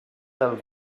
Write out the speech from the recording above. del